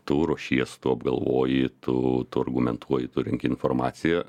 tu ruošies tu apgalvoji tu tu argumentuoji tu renki informaciją